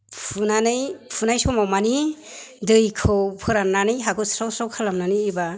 फुनाय समाव माने दैखौ फोराननानै हाखौ स्र' स्र' खालामनानै एबा